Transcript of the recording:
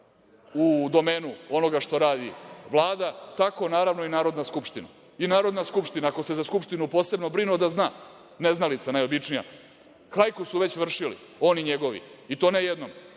u domenu onoga što radi Vlada, tako naravno i Narodna skupština. I Narodna skupština, ako se za Skupštinu posebno brinu da zna neznalica najobičnija, hajku su već vršili on i njegovi i to ne jednom,